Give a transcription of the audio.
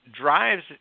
drives